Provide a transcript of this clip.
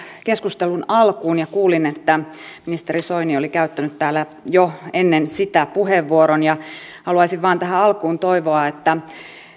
keskustelun alkuun ja kuulin että ministeri soini oli käyttänyt täällä jo ennen sitä puheenvuoron haluaisin vain tähän alkuun toivoa että